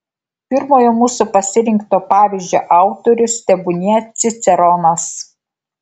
pirmojo mūsų pasirinkto pavyzdžio autorius tebūnie ciceronas